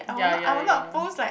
ya ya ya